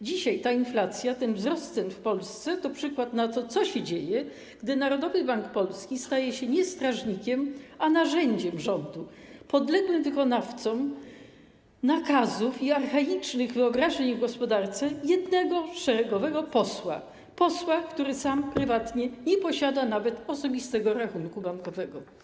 Dzisiaj ta inflacja, ten wzrost cen w Polsce to przykład na to, co się dzieje, gdy Narodowy Bank Polski staje się nie strażnikiem, a narzędziem rządu, podległym wykonawcą nakazów i archaicznych wyobrażeń o gospodarce jednego szeregowego posła, posła, który prywatnie nie posiada nawet osobistego rachunku bankowego.